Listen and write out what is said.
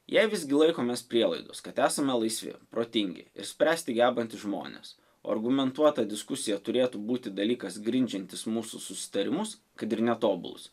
jei visgi laikomės prielaidos kad esame laisvi protingi ir spręsti gebantys žmonės o argumentuota diskusija turėtų būti dalykas grindžiantis mūsų susitarimus kad ir netobulus